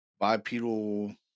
bipedal